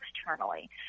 externally